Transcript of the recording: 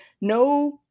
no